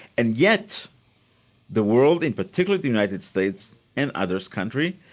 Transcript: and yet the world, and particularly the united states, and other countries,